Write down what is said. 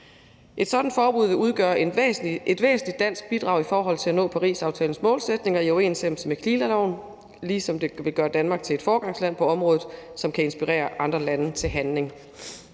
Et sådant forbud vil udgøre et væsentligt dansk bidrag i forhold til at nå Parisaftalens målsætninger i overensstemmelse med klimaloven, ligesom det vil gøre Danmark til et foregangsland på området, som kan inspirere andre lande til handling.